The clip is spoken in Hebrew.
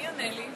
מי עונה לי?